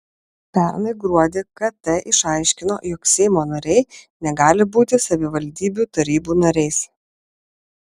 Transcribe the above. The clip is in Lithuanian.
pernai gruodį kt išaiškino jog seimo nariai negali būti savivaldybių tarybų nariais